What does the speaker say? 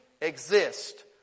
exist